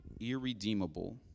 irredeemable